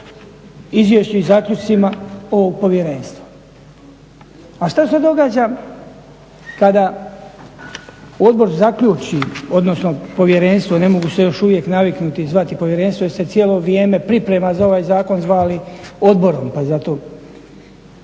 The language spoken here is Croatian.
izvješću i zaključcima ovog povjerenstva. A što se događa kada odbor zaključi, odnosno povjerenstvo, ne mogu se još uvijek naviknuti i zvati povjerenstvo jer ste cijelo vrijeme priprema za ovaj zakon zvali odborom pa zato.